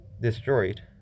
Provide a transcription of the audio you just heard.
destroyed